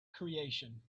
creation